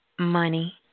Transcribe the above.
Money